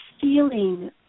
feeling